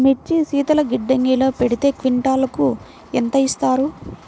మిర్చి శీతల గిడ్డంగిలో పెడితే క్వింటాలుకు ఎంత ఇస్తారు?